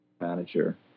manager